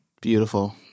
Beautiful